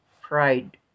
pride